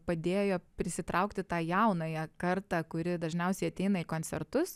padėjo prisitraukti tą jaunąją kartą kuri dažniausiai ateina į koncertus